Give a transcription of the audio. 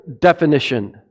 definition